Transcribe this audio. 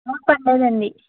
పర్లేదండి